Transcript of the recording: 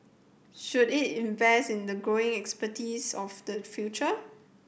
should it invest in the growing expertise of the future